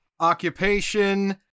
occupation